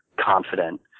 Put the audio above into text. confident